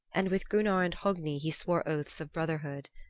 and with gunnar and hogni he swore oaths of brotherhood.